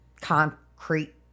concrete